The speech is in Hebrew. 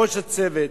בראש הצוות,